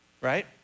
right